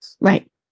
Right